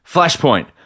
Flashpoint